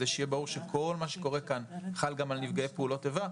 כדי שיהיה ברור שכל מה שקורה כאן חל גם על נפגעי פעולות איבה,